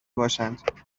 باشند